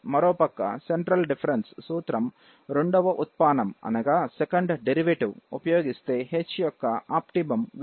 మరోపక్క central difference సూత్రం రెండవ ఉత్పానం ఉపయోగిస్తే h యొక్క ఆప్టిమం విలువ epsilon 1 4 వచ్చింది